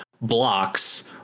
blocks